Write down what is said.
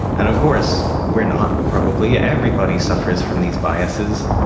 and of course we are not probably, everybody suffers from these biases.